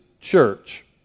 church